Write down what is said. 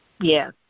Yes